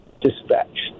dispatched